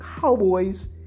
Cowboys